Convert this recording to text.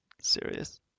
serious